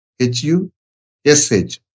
H-U-S-H